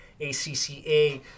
ACCA